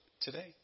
today